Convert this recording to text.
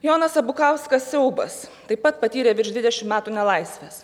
jonas abukauskas siaubas taip pat patyrė virš dvidešim metų nelaisvės